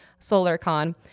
Solarcon